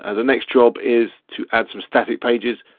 ah the next job is to add some static pages,